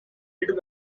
headed